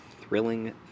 thrilling